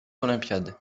olympiades